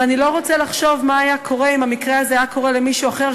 ואני לא רוצה לחשוב מה היה קורה אם המקרה הזה היה קורה למישהו אחר,